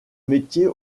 métier